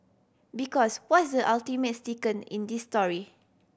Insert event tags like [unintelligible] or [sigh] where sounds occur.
because what's the ultimate [unintelligible] in this story